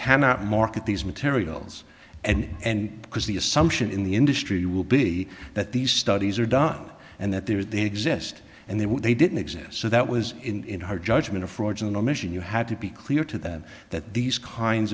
cannot market these materials and and because the assumption in the industry will be that these studies are done and that there is they exist and they were they didn't exist so that was in her judgment of frauds and omission you have to be clear to them that these kinds